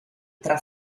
tra